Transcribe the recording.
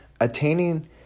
attaining